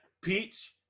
peach